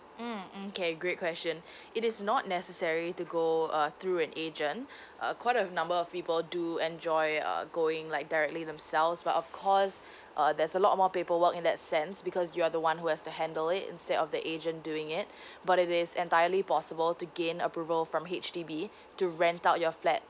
mm okay great question it is not necessary to go uh through an agent uh quite a number of people do enjoy uh going like directly themselves but of course uh there's a lot more paperwork in that sense because you are the one who has to handle it instead of the agent doing it but it is entirely possible to gain approval from H_D_B to rent out your flat